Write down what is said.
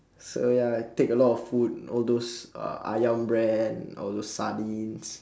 so ya I take a lot of food all those ayam brand all those sardines